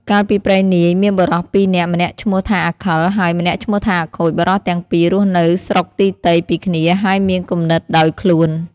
កាលពីព្រេងនាយមានបុរស២នាក់ម្នាក់ឈ្មោះថាអាខិលហើយ ម្នាក់ឈ្មោះថាអាខូចបុរសទាំងពីររស់នៅស្រុកទីទៃពីគ្នាហើយមានគំនិតដោយខ្លួន។